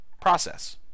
process